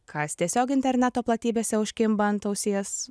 kas tiesiog interneto platybėse užkimba ant ausies